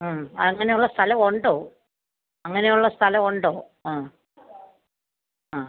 മ്മ് അങ്ങനെയുള്ള സ്ഥലം ഉണ്ടോ അങ്ങനെയുള്ള സ്ഥലം ഉണ്ടോ ആ ആ